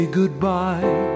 goodbye